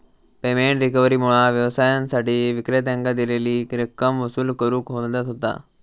payment रिकव्हरीमुळा व्यवसायांसाठी विक्रेत्यांकां दिलेली रक्कम वसूल करुक मदत होता